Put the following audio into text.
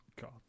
God